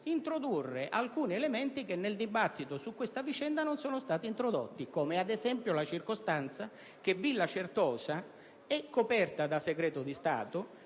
introdurre alcuni elementi che nel dibattito su questa vicenda non sono stati introdotti. Penso, ad esempio, alla circostanza che Villa Certosa è coperta da segreto di Stato